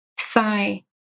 Thigh